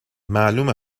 معلومه